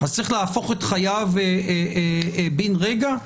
אז צריך להפוך את חייו בן רגע?